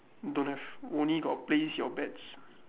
don't have only got place your bets